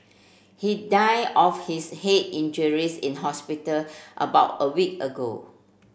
he died of his head injuries in hospital about a week ago